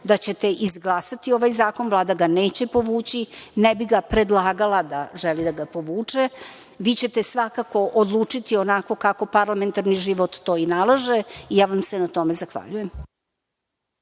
da ćete izglasati ovaj zakon. Vlada ga neće povući, ne bi ga predlagala da želi da ga povuče. Vi ćete svakako odlučiti onako kako parlamentarni život to i nalaže i ja vam se na tome zahvaljujem.